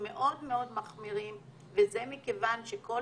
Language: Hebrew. מאוד מאוד מחמירים וזה מכיוון שלכל